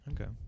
Okay